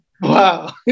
wow